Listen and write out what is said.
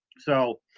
so,